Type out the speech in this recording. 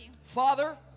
Father